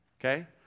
Okay